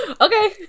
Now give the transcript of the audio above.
Okay